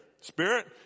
spirit